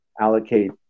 allocate